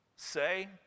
say